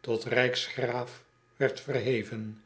tot rijksgraaf werd verheven